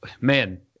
man